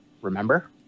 remember